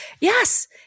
Yes